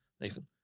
Nathan